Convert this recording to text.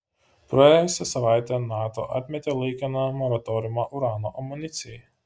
praėjusią savaitę nato atmetė laikiną moratoriumą urano amunicijai